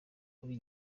kuri